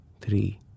three